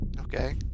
Okay